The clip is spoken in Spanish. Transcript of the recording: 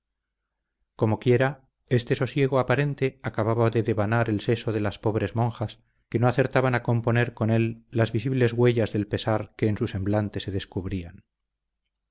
comoquiera este sosiego aparente acababa de devanar el seso de las pobres monjas que no acertaban a componer con él las visibles huellas del pesar que en su semblante se descubrían